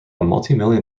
multimillion